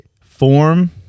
form